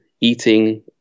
eating